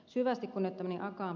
syvästi kunnioittamani ed